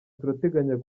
turateganya